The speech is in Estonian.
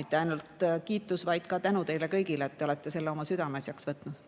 mitte ainult kiitus, vaid ka tänu teile kõigile, et te olete selle oma südameasjaks võtnud.